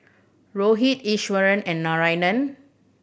Rohit Iswaran and Narayana